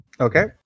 Okay